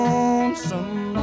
Lonesome